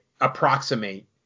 approximate